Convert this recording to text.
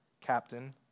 captain